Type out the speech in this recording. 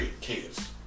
kids